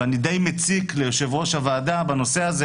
ואני די מציק ליושב-ראש הוועדה בנושא הזה